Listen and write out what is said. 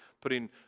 putting